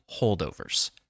holdovers